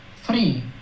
Three